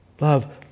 Love